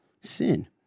sin